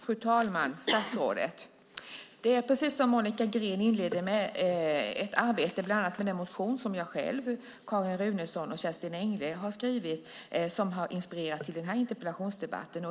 Fru talman! Statsrådet! Precis som Monica Green inledde med att säga är det arbetet med bland annat den motion som jag själv, Carin Runeson och Kerstin Engle har skrivit som har inspirerat till den här interpellationsdebatten.